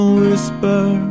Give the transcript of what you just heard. whisper